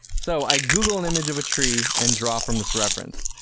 so, i google an image of a tree and draw from this reference.